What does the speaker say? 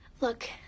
Look